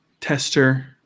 tester